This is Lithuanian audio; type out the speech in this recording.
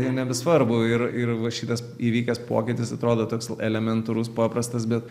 ir nebesvarbu ir ir va šitas įvykęs pokytis atrodo toks elementarus paprastas bet